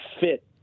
fit